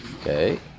Okay